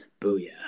Booyah